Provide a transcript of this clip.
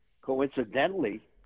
coincidentally